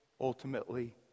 Ultimately